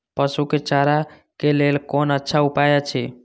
पशु के चारा के लेल कोन अच्छा उपाय अछि?